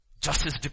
justice